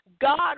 God